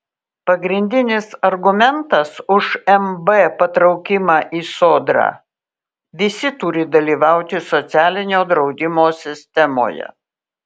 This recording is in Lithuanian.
pagrindinis argumentas už mb patraukimą į sodrą visi turi dalyvauti socialinio draudimo sistemoje